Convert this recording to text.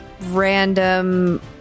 random